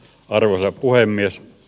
arvoisa puhemies